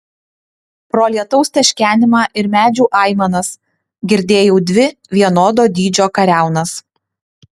pro lietaus teškenimą ir medžių aimanas girdėjau dvi vienodo dydžio kariaunas